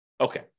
Okay